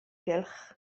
gylch